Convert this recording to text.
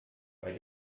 bei